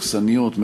אכסניות,